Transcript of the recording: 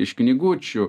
iš knygučių